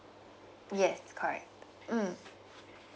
yes correct mm